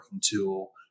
tool